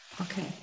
Okay